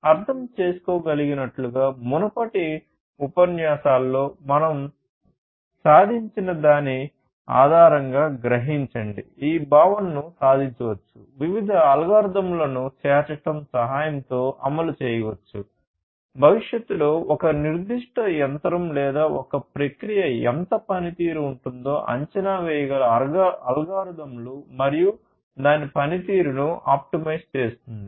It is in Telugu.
మీరు అర్థం చేసుకోగలిగినట్లుగా మునుపటి ఉపన్యాసాలలో మనం సాధించిన దాని ఆధారంగా గ్రహించండి ఈ భావనను సాధించవచ్చు వివిధ అల్గోరిథంలను చేర్చడం సహాయంతో అమలు చేయవచ్చు భవిష్యత్తులో ఒక నిర్దిష్ట యంత్రం లేదా ఒక ప్రక్రియ ఎంత పనితీరు ఉంటుందో అంచనా వేయగల అల్గోరిథంలు మరియు దాని పనితీరును ఆప్టిమైజ్ చేస్తుంది